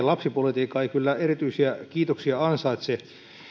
lapsipolitiikka ei kyllä erityisiä kiitoksia ansaitse